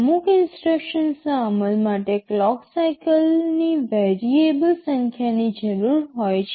અમુક ઇન્સટ્રક્શન્સના અમલ માટે ક્લોક સાઇકલની વેરિએબલ સંખ્યાની જરૂર હોય છે